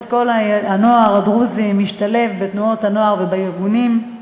הנוער הדרוזי משתלב בתנועות הנוער ובארגונים.